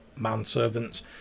manservants